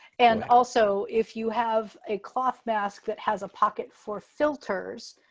and also, if you have a cloth mask that has a pocket for filters,